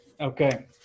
okay